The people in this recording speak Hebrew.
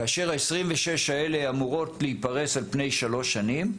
כאשר ה-26 האלה אמורות להיפרס על פני שלוש שנים,